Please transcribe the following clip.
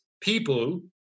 people